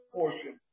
portion